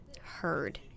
heard